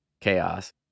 chaos